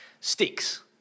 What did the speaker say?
sticks